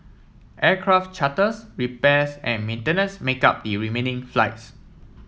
aircraft charters repairs and maintenance make up the remaining flights